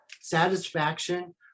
satisfaction